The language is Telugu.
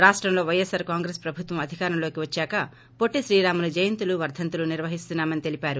రాష్టంలో పైఎస్పార్ కాంగ్రెస్ ప్రభుత్వం అధికారంలోకి వద్సాక పొట్లి శ్రీరాములు జయంతులు వర్గంతులు నిర్వహిస్తున్నామని తెలిపారు